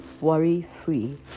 Worry-Free